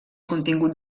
contingut